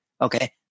Okay